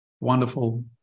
wonderful